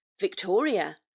Victoria